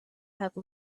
have